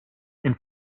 and